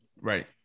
Right